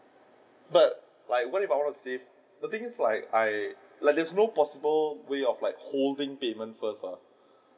but like what I want to say the thing is like I Iike there's no possible way of like holding payment first ah